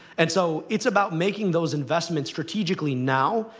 and so it's about making those investments, strategically, now,